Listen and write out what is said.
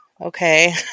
okay